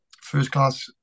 first-class